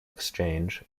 exchange